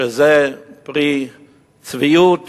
זה פרי צביעות